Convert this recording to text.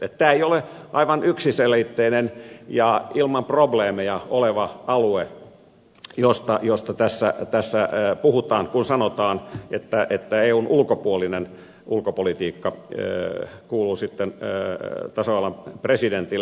tämä ei ole aivan yksiselitteinen ja ilman probleemeja oleva alue josta tässä puhutaan kun sanotaan että eun ulkopuolinen ulkopolitiikka kuuluu sitten tasavallan presidentille